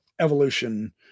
Evolution